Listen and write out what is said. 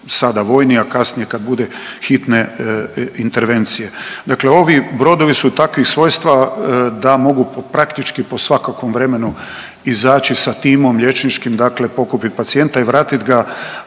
sada vojni, a kasnije kad bude hitne intervencije. Dakle ovi brodovi su takvih svojstava da mogu praktički po svakakvom vremenu izaći sa timom liječničkim dakle pokupit pacijenta i vratit ga,